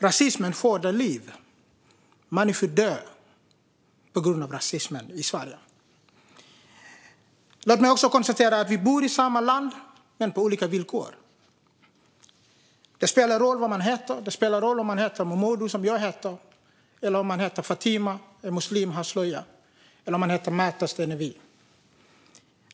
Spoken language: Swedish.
Rasismen skördar liv. Människor dör på grund av rasismen i Sverige. Låt mig också konstatera att vi bor i samma land men på olika villkor. Det spelar roll vad man heter. Det spelar roll om man heter Momodou, som jag heter, om man heter Fatima, är muslim och har slöja, eller om man heter Märta Stenevi.